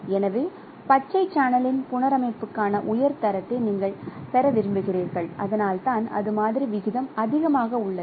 எனவே பச்சை சேனலின் புனரமைப்புக்கான உயர் தரத்தை நீங்கள் பெற விரும்புகிறீர்கள் அதனால்தான் அது மாதிரி விகிதம் அதிகமாக உள்ளது